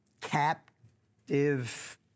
captive